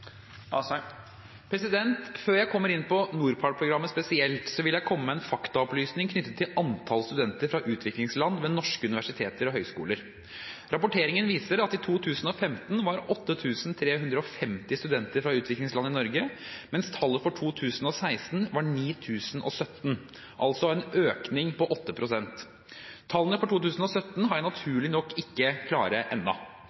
Før jeg kommer inn på NORPART-programmet spesielt, vil jeg komme med en faktaopplysning knyttet til antall studenter fra utviklingsland ved norske universiteter og høyskoler. Rapporteringen viser at det i 2015 var 8 350 studenter fra utviklingsland i Norge, mens tallet for 2016 var 9 017 – altså en økning på 8 pst. Tallene for 2017 har jeg